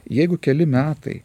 jeigu keli metai